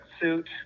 suit